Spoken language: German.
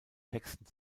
texten